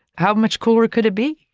how much cooler could it be?